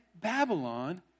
Babylon